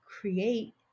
create